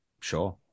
sure